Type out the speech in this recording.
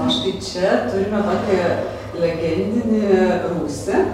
o štai čia turime tokį legendinį rūsį